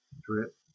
drip